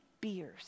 beers